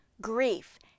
grief